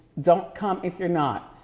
don't come if you're not.